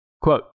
Quote